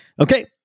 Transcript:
okay